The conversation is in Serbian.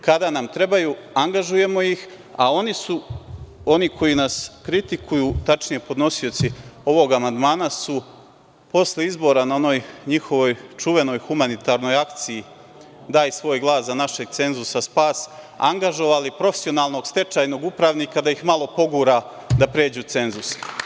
Kada nam trebaju, angažujemo ih, a oni koji nas kritikuju, tačnije podnosioci ovog amandmana su posle izbora na onoj njihovoj čuvenoj humanitarnoj akciji – daj svoj glas za našeg cenzusa spas, angažovali profesionalnog stečajnog upravnika da ih malo pogura da pređu cenzus.